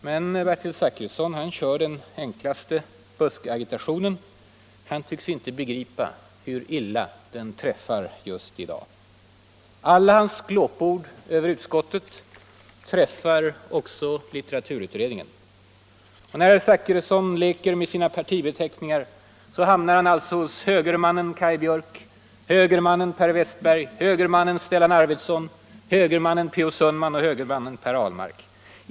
Men Bertil Zachrisson kör den enklaste buskagitationen. Han tycks inte begripa hur illa den träffar just i dag. Alla hans glåpord över utskottet träffar också litteraturutredningen. När herr Zachrisson leker med sina partibeteckningar hamnar han alltså hos högermannen Kaj Björk, högermannen Per Wästberg, högermannen Stellan Arvidson, högermannen Per Olof Sundman och högermannen Per Ahlmark.